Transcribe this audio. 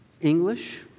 English